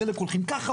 חלק הולכים ככה,